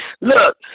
look